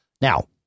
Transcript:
Now